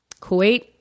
Kuwait